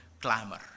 clamor